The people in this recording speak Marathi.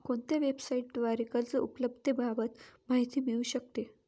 कोणत्या वेबसाईटद्वारे कर्ज उपलब्धतेबाबत माहिती मिळू शकते?